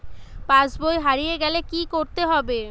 পাশবই হারিয়ে গেলে কি করতে হবে?